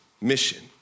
mission